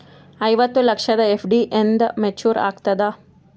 ಐವತ್ತು ಲಕ್ಷದ ಎಫ್.ಡಿ ಎಂದ ಮೇಚುರ್ ಆಗತದ?